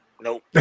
nope